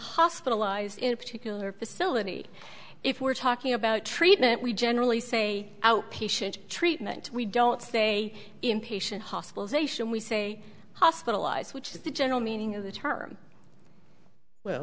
hospitalized in a particular facility if we're talking about treatment we generally say outpatient treatment we don't say inpatient hospitalization we say hospitalized which is the general meaning of the term well